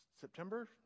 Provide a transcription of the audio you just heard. September